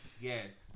Yes